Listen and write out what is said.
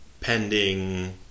pending